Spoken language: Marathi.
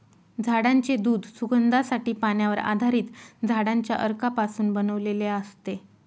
झाडांचे दूध सुगंधासाठी, पाण्यावर आधारित झाडांच्या अर्कापासून बनवलेले असते